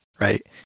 right